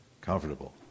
comfortable